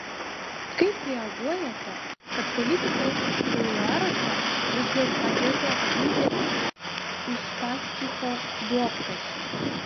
kaip reaguojate kad politikos kuluaruose jus jau pradėta vadinti uspaskicho duobkasiu